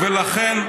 ולכן,